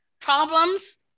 problems